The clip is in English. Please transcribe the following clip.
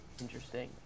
interesting